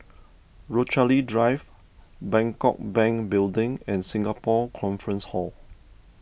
Rochalie Drive Bangkok Bank Building and Singapore Conference Hall